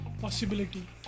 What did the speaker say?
possibility